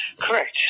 Correct